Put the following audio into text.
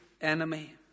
enemy